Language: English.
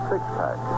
six-pack